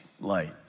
light